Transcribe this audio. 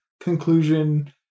conclusion